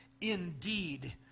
indeed